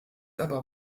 aber